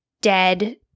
dead